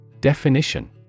Definition